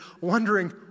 wondering